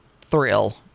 thrill